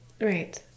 right